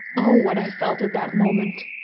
oh, what i felt at that moment!